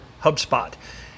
HubSpot